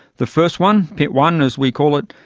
the first one, pit one as we call it,